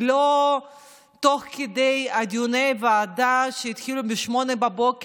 ולא תוך כדי דיוני ועדה שהתחילו ב-08:00,